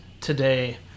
today